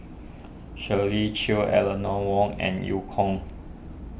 Shirley Chew Eleanor Wong and Eu Kong